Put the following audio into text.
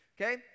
okay